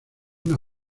una